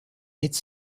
its